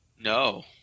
No